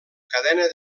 cadena